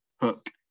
Hook